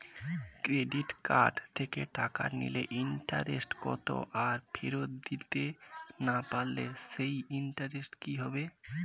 Credit card থেকে টাকা নিলে ইন্টারেস্ট কত আর ফেরত দিতে না পারলে সেই ইন্টারেস্ট কি হবে?